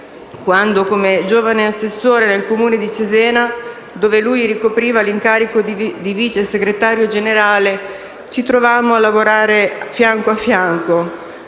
quando, come giovane assessore del Comune di Cesena, dove lui ricopriva l’incarico di vice segretario generale, ci trovammo a lavorare fianco a fianco.